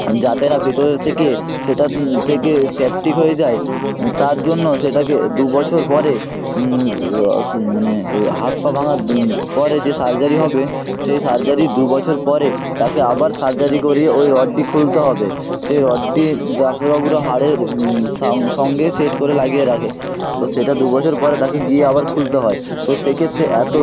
যাতে না ভিতরের থেকে সেটার থেকে সেপ্টিক হয়ে যায় তার জন্য সেটাকে দু বছর পরে সো মানে ওই হাত পা ভাঙার পরে যে সার্জারি হবে সেই সার্জারির দু বছর পরে তাকে আবার সার্জারি করিয়ে ওই রডটি খুলতে হবে সে রডটি ডাক্তারবাবুরা হাড়ের সঙ্গে সেট করে লাগিয়ে রাখে তো সেটা দু বছর পরে তাকে গিয়ে আবার খুলতে হয় তো সে ক্ষেত্রে এতো